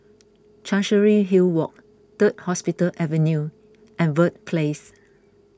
Chancery Hill Walk Third Hospital Avenue and Verde Place